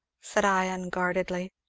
said i unguardedly.